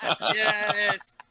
Yes